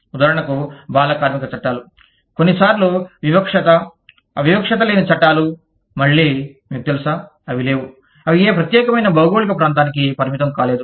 ఉదాహరణకు బాల కార్మిక చట్టాలు కొన్నిసార్లు వివక్షత వివక్షత లేని చట్టాలు మళ్ళీ మీకు తెలుసా అవి లేవు అవి ఏ ప్రత్యేకమైన భౌగోళిక ప్రాంతానికి పరిమితం కాలేదు